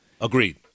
Agreed